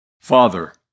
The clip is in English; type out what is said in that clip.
father